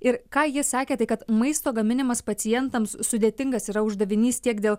ir ką ji sakė tai kad maisto gaminimas pacientams sudėtingas yra uždavinys tiek dėl